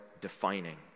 defining